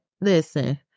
Listen